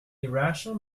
irrational